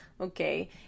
Okay